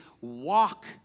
walk